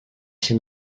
się